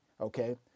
Okay